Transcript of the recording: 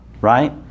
right